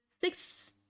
six